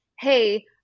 hey